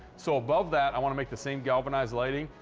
so above that, i want to make the same galvanized lighting,